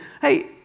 Hey